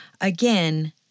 again